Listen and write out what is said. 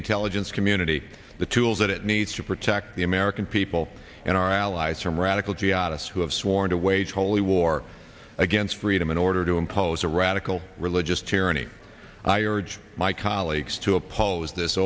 intelligence community the tools that it needs to protect the american people and our allies from radical jihadists who have sworn to wage holy war against freedom in order to impose a radical religious tyranny i urge my colleagues to oppose this